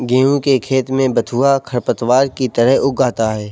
गेहूँ के खेत में बथुआ खरपतवार की तरह उग आता है